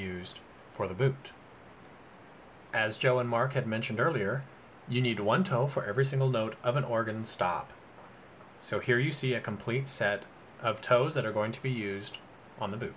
used for the bit as joanne market mentioned earlier you need one toll for every single note of an organ stop so here you see a complete set of toes that are going to be used on the